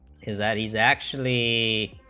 is that he's actually